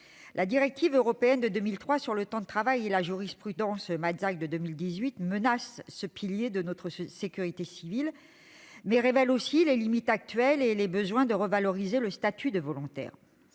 La directive européenne de 2003 sur le temps de travail et la jurisprudence de 2018 menacent ce pilier de notre sécurité civile, mais révèlent aussi les limites actuelles et les besoins de revalorisation du statut de volontaire.